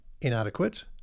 inadequate